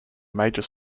major